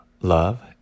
love